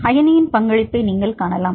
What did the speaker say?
அயனியின் பங்களிப்பை நீங்கள் காணலாம்